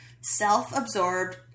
self-absorbed